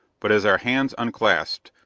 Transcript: but, as our hands unclasped,